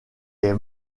est